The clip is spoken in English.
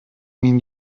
mean